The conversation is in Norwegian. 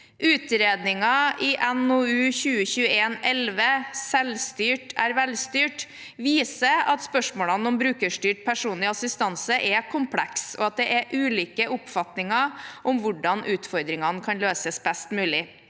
Utredningen i NOU 2021: 11, Selvstyrt er velstyrt, viser at spørsmålene om brukerstyrt personlig assistanse er komplekse, og at det er ulike oppfatninger om hvordan utfordringene kan løses best mulig.